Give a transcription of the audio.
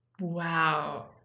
wow